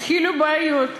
התחילו בעיות,